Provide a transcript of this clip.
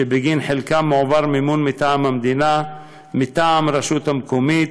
שבגין חלקם מועבר מימון מטעם המדינה או מטעם הרשות המקומית,